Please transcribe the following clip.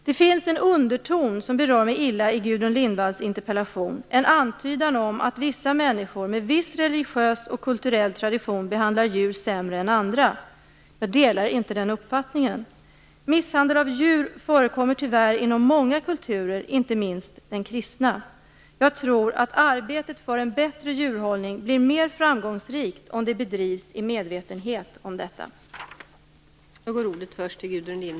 Det finns en underton som berör mig illa i Gudrun Lindvalls interpellation. En antydan om att vissa människor med viss religiös och kulturell tradition behandlar djur sämre än andra. Jag delar inte den uppfattningen. Misshandel av djur förekommer tyvärr inom många kulturer - inte minst den kristna. Jag tror att arbetet för en bättre djurhållning blir mer framgångsrikt om det bedrivs i medvetenhet om detta.